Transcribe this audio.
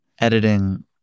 editing